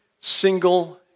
single